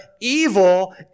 evil